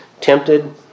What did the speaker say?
tempted